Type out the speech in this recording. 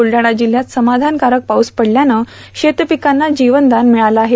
बुलढाणा जिल्हयात समाधानकारक पाऊस पडल्यानं शेतपीकांना जीवनदान मिळालं आहे